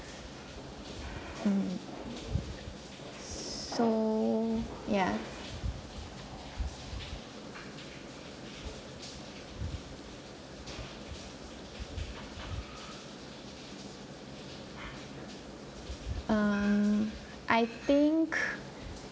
mm so ya err I think